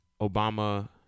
Obama